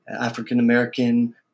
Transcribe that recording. African-American